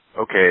okay